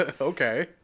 Okay